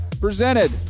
presented